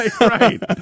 Right